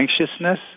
anxiousness